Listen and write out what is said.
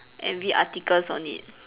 and read articles on it